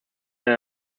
eine